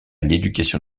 l’éducation